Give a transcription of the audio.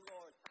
Lord